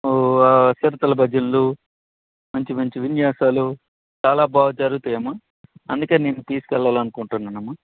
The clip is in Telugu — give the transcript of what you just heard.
చిడతల భజనలు మంచి మంచి విన్యాసాలు చాలా బాగా జరుగుతాయి అమ్మా అందుకే నిన్ను తీసుకువెళ్ళాలి అనుకుంటున్నాను అమ్మా